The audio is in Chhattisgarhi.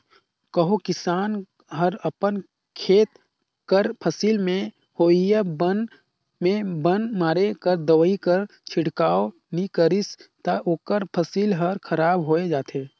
कहों किसान हर अपन खेत कर फसिल में होवइया बन में बन मारे कर दवई कर छिड़काव नी करिस ता ओकर फसिल हर खराब होए जाथे